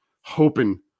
hoping